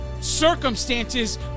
Circumstances